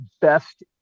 best